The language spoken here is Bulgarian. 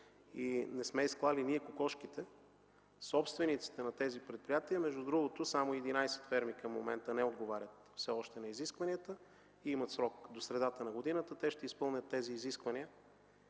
Не сме изклали ние кокошките, а собствениците на тези предприятия. Само единадесет ферми не отговарят все още на изискванията и имат срок до средата на годината. Те ще изпълнят тези изисквания